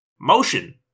Motion